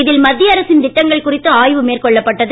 இதில் மத்திய அரசின் திட்டங்கள் குறித்து ஆய்வு மேற்கொள்ளப் பட்டது